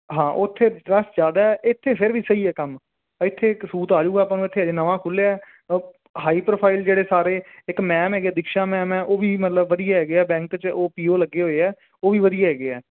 ਹਾਂ ਉੱਥੇ ਰਸ਼ ਜ਼ਿਆਦਾ ਇੱਥੇ ਫਿਰ ਵੀ ਸਹੀ ਹੈ ਕੰਮ ਇੱਥੇ ਕ ਸੂਤ ਆਜੂਗਾ ਆਪਾਂ ਨੂੰ ਇੱਥੇ ਅਜੇ ਨਵਾਂ ਖੁੱਲ੍ਹਿਆ ਹਾਈ ਪ੍ਰੋਫਾਈਲ ਜਿਹੜੇ ਸਾਰੇ ਇੱਕ ਮੈਮ ਹੈਗੇ ਦੀਕਸ਼ਾ ਮੈਮ ਹੈ ਉਹ ਵੀ ਮਤਲਬ ਵਧੀਆ ਹੈਗੇ ਹੈ ਬੈਂਕ 'ਚ ਉਹ ਪੀ ਓ ਲੱਗੇ ਹੋਏ ਹੈ ਉਹ ਵੀ ਵਧੀਆ ਹੈਗੇ ਹੈ